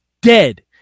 dead